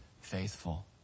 faithful